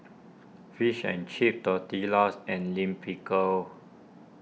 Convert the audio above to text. Fish and Chips Tortillas and Lime Pickle